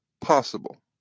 possible